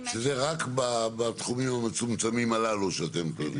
שזה רק בתחומים המצומצמים הללו, שאתם פועלים.